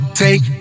take